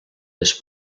les